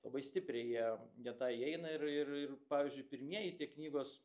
labai stipriai jie jie tą įeina ir ir ir pavyzdžiui pirmieji tie knygos